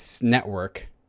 network